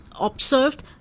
observed